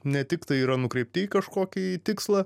ne tik tai yra nukreipti į kažkokį tikslą